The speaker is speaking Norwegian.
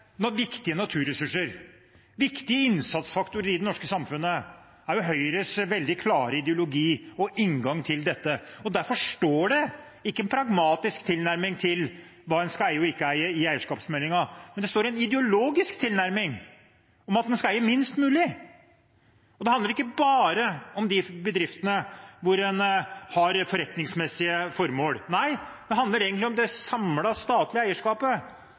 viktige naturressurser, viktige innsatsfaktorer i det norske samfunnet. Det er Høyres veldig klare ideologi og inngang til dette. Derfor står det ikke «pragmatisk tilnærming» til hva en skal eie og ikke eie i eierskapsmeldingen, men det er en ideologisk tilnærming om at man skal eie minst mulig. Og det handler ikke bare om de bedriftene hvor en har forretningsmessige formål – nei, det handler egentlig om det samlede statlige eierskapet.